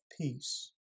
peace